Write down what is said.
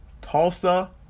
Tulsa